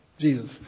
Jesus